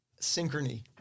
synchrony